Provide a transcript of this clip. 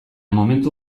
momentu